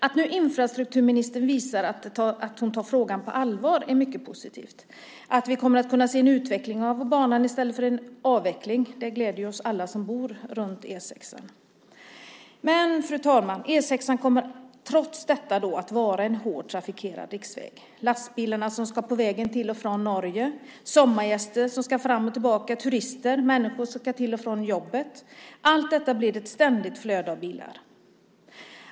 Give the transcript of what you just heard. Att infrastrukturministern nu visar att hon tar frågan på allvar är mycket positivt. Att vi kommer att kunna se en utveckling av banan i stället för en avveckling gläder oss alla som bor runt E 6:an. Men, fru talman, E 6:an kommer trots detta att vara en hårt trafikerad riksväg. Lastbilar på väg till och från Norge, sommargäster som ska fram och tillbaka, turister, människor som ska till och från jobbet - allt detta blir ett ständigt flöde av bilar.